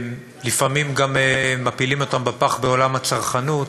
ולפעמים גם מפילים אותם בפח בעולם הצרכנות.